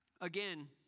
Again